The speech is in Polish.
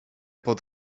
pod